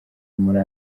muri